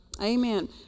Amen